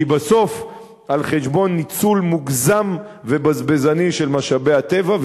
כי היא בסוף על חשבון ניצול מוגזם ובזבזני של משאבי הטבע.